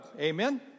Amen